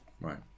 Right